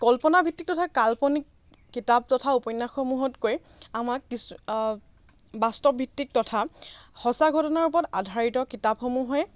কল্পনাভিত্তিক তথা কাল্পনিক কিতাপ তথা উপন্যাস সমূহতকৈ আমাক কিছু বাস্তৱ ভিত্তিক তথা সঁচা ঘটনা ওপৰত আধাৰিত কিতাপ সমূহে